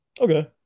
Okay